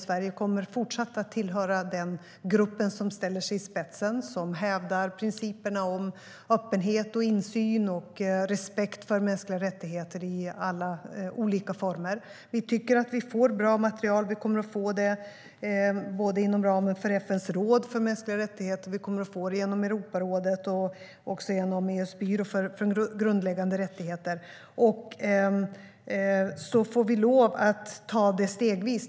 Sverige kommer fortsatt att tillhöra den grupp som ställer sig i spetsen och hävdar principerna om öppenhet, insyn och respekt för mänskliga rättigheter i alla olika former. Vi tycker att vi får bra material, och vi kommer att få det både inom ramen för FN:s råd för mänskliga rättigheter och genom Europarådet och EU:s byrå för grundläggande rättigheter. Vi får lov att ta det stegvis.